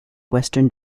western